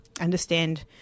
understand